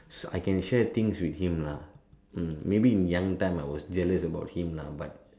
so I can share thing with him lah hmm maybe in young time I am jealous about him ah but